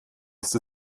ist